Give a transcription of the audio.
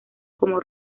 como